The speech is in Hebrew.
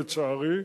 לצערי,